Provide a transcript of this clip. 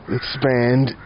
expand